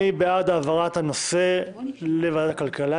מי בעד העברת הנושא לוועדת הכלכלה?